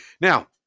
Now